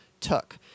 took